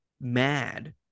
mad